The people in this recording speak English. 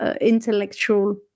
Intellectual